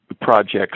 projects